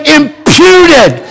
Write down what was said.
imputed